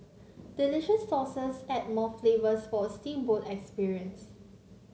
delicious sauces add more flavours for a steamboat experience